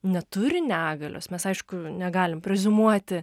neturi negalios mes aišku negalim preziumuoti